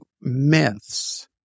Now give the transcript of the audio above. Myths